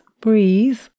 breathe